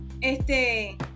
este